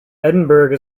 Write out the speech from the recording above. edinburgh